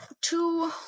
two